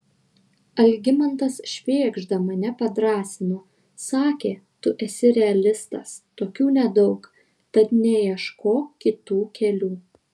algimantas švėgžda mane padrąsino sakė tu esi realistas tokių nedaug tad neieškok kitų kelių